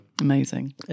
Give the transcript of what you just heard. amazing